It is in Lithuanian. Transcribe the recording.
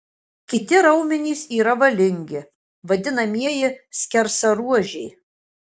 kiti raumenys yra valingi vadinamieji skersaruožiai